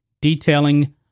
detailing